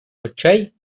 очей